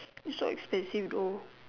so expensive though